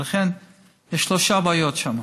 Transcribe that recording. ולכן יש שלוש בעיות שם.